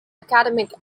academic